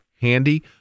handy